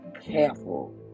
careful